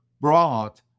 brought